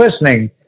listening